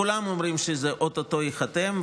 כולם אומרים שזה או-טו-טו ייחתם,